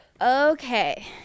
Okay